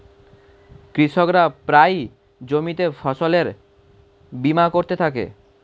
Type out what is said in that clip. কৃষকরা প্রায়ই জমিতে ফসলের বীমা করে থাকে